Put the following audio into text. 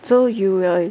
so you will